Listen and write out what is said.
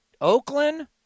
Oakland